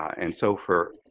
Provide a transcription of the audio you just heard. and so for